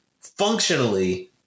functionally